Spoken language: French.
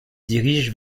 dirige